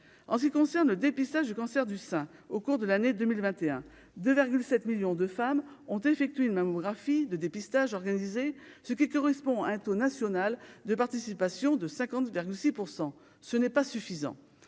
en ce qui concerne le dépistage du cancer du sein au cours de l'année 2021 2 7 millions de femmes ont effectué une mammographie de dépistage organisé, ce qui correspond à un taux national de participations de cinquante c'est-à-dire